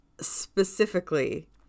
specifically